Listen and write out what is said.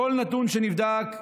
בכל נדון שנבדק,